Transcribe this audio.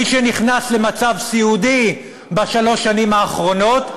מי שנכנס למצב סיעודי בשלוש השנים האחרונות,